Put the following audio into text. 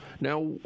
Now